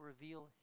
reveal